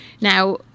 Now